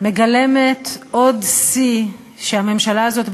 מגלמת עוד שיא של הממשלה הזאת,